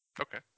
Okay